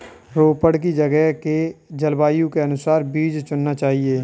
रोपड़ की जगह के जलवायु के अनुसार बीज चुनना चाहिए